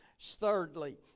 Thirdly